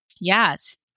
yes